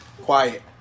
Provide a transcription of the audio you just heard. quiet